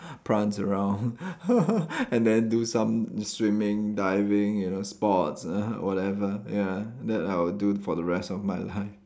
prance around and then do some swimming diving you know sports ah whatever ya that I would do for the rest of my life